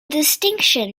distinction